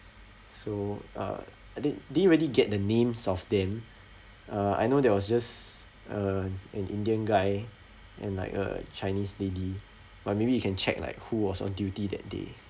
so uh I didn't didn't really get the names of them uh I know there was just uh an indian guy and like a chinese lady but maybe you can check like who was on duty that day